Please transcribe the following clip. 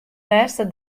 lêste